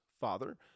father